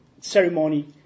ceremony